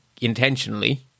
intentionally